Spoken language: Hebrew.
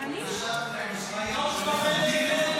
--- אנחנו מפלגה של